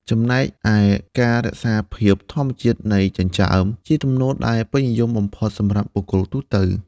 ចំណែកឯ ការរក្សាភាពធម្មជាតិនៃចិញ្ចើម ជាទំនោរដែលពេញនិយមបំផុតសម្រាប់បុគ្គលទូទៅ។